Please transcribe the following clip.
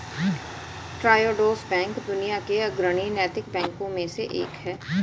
Triodos bank दुनिया के अग्रणी नैतिक बैंकों में से एक है